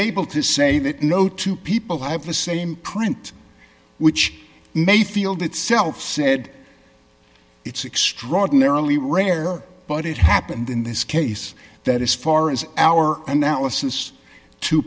able to say that no two people have the same print which may feel the itself said it's extraordinarily rare but it happened in this case that as far as our analysis t